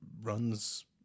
Runs